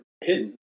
hidden